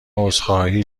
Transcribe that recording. عذرخواهی